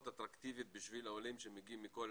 אטרקטיביים עבור העולים שמגיעים מכל